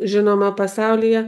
žinoma pasaulyje